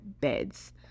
beds